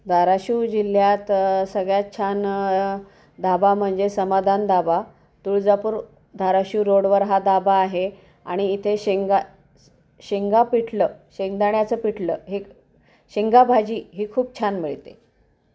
धाराशिव जिल्ह्यात सगळ्यात छान धाबा म्हणजे समाधान धाबा तुळजापूर धाराशिव रोडवर हा धाबा आहे आणि इथे शेंगा शेंगा पिठलं शेंगदाण्याचं पिठलं हे शेंगा भाजी ही खूप छान मिळते